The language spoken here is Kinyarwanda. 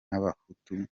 n’abahutu